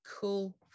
cool